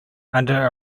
under